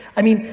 i mean,